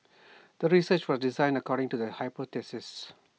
the research was designed according to the hypothesis